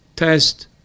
Test